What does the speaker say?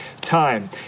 time